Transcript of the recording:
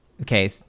okay